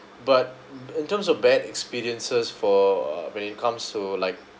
but in terms of bad experiences for when it comes to like